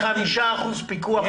בחמישה אחוזים אין פיקוח.